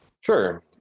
sure